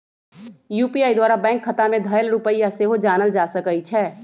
UPI द्वारा bank खता में धएल रुपइया सेहो जानल जा सकइ छै